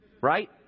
right